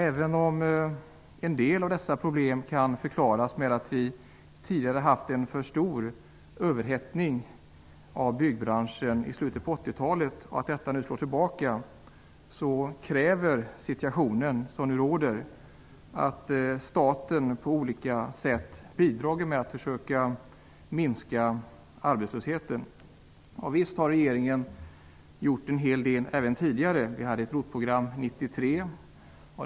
Även om en del av dessa problem kan förklaras med att det mot slutet av 80-talet var en för stor överhettning i byggbranschen, kräver den situation som nu råder att staten på olika sätt bidrar till att försöka minska arbetslösheten. Visst har regeringen gjort en hel del tidigare. Det var ett ROT-program 1993.